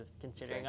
considering